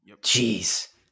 Jeez